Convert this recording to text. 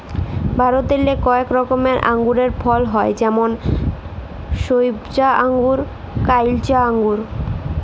ভারতেল্লে কয়েক রকমের আঙুরের ফলল হ্যয় যেমল সইবজা আঙ্গুর, কাইলচা আঙ্গুর